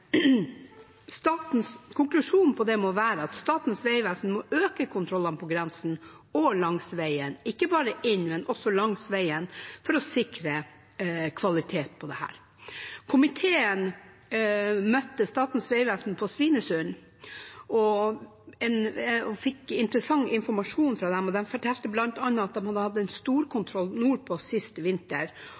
Statens vegvesen må øke kontrollene på grensen og langs veiene, ikke bare inn i landet, men også langs veiene, for å sikre kvalitet på dette. Komiteen møtte Statens vegvesen på Svinesund og fikk interessant informasjon fra dem. De fortalte bl.a. at de hadde hatt en storkontroll nordpå sist vinter,